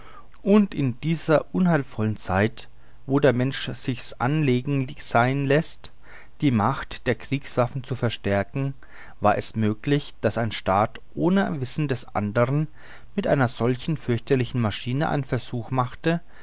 und in dieser unheilvollen zeit wo der mensch sich's angelegen sein läßt die macht der kriegswaffen zu verstärken war es möglich daß ein staat ohne wissen des andern mit einer solchen fürchterlichen maschine einen versuch machte